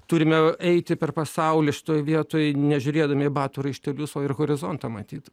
turime eiti per pasaulį šitoj vietoj nežiūrėdami batų raištelius o ir horizontą matyt